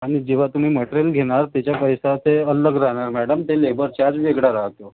आणि जेव्हा तुम्ही मटेरल घेणार त्याचा पैसा ते अलग राहणार मॅडम ते लेबर चार्ज वेगळा राहतो